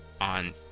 on